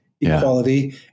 equality